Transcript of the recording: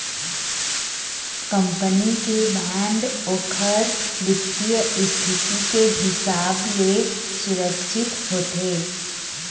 company के bond ओखर बित्तीय इस्थिति के हिसाब ले सुरक्छित होथे